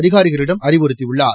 அதிகாரிகளிடம் அறிவுறுத்தியுள்ளார்